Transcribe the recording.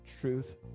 truth